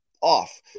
off